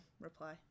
reply